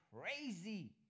crazy